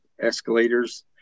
escalators